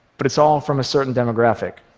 but it's all from a certain demographic